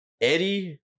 Eddie